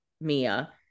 Mia